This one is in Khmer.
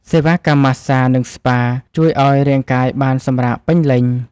សេវាកម្មម៉ាស្សា និងស្ប៉ា (Spa) ជួយឱ្យរាងកាយបានសម្រាកពេញលេញ។